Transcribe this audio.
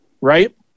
right